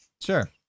Sure